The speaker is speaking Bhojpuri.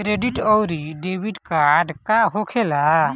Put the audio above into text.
क्रेडिट आउरी डेबिट कार्ड का होखेला?